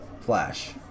Flash